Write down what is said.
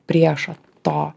priešo to